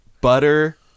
butter